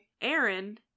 Aaron